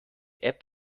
app